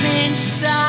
inside